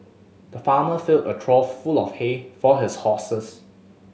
the farmer filled a trough full of hay for his horses